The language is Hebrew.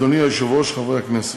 אדוני היושב-ראש, חברי הכנסת,